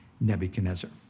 Nebuchadnezzar